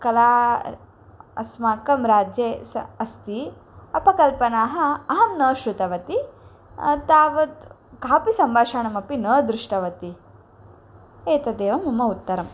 कला अस्माकं राज्ये स अस्ति अपकल्पनाः अहं न श्रुतवती तावत् कापि सम्भाषणमपि न दृष्टवती एतदेव मम उत्तरम्